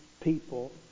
people